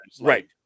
right